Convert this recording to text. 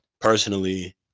personally